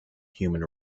human